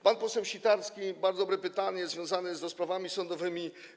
Pan poseł Sitarski zadał bardzo dobre pytanie związane ze sprawami sądowymi.